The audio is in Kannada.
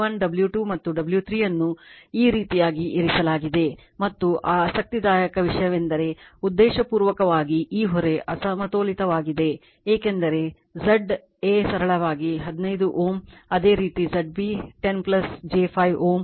W1 W2 ಮತ್ತುW3 ಅನ್ನು ಈ ರೀತಿಯಾಗಿ ಇರಿಸಲಾಗಿದೆ ಮತ್ತು ಆಸಕ್ತಿದಾಯಕ ವಿಷಯವೆಂದರೆ ಉದ್ದೇಶಪೂರ್ವಕವಾಗಿ ಈ ಹೊರೆ ಅಸಮತೋಲಿತವಾಗಿದೆ ಏಕೆಂದರೆ Z a ಸರಳವಾಗಿ 15 Ω ಅದೇ ರೀತಿ Z b 10 j 5 Ω ಮತ್ತು Z 6 j Ω ಆಗಿದೆ